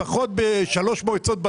לפחות בשלוש מועצות,